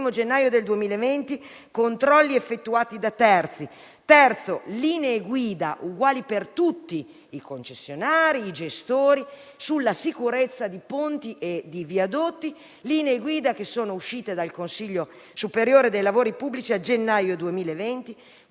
gennaio 2020, controlli effettuati da terzi. Terzo: linee guida uguali per tutti, concessionari e gestori, sulla sicurezza di ponti e di viadotti stabilite dal Consiglio superiore dei lavori pubblici a gennaio 2020.